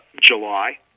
July